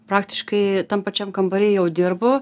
praktiškai tam pačiam kambary jau dirbu